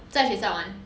在学校玩